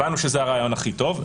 הבנו שזה הרעיון הכי טוב.